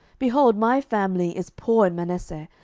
behold, my family is poor in manasseh,